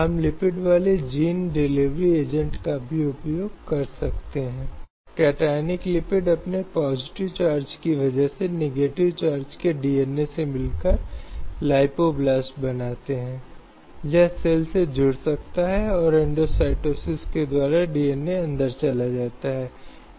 हम अक्सर प्लेसमेंट एजेंसियों की विभिन्न रिपोर्टों में आते हैं जिनमें ग़रीब क्षेत्रों की महिलाओं की खरीद की जाती है शायद उत्तर पूर्व या कुछ अन्य आदिवासी क्षेत्रों की और शहरों और महानगरों में अवैध रूप से काम करने के लिए बनाई जाती हैं